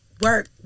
Work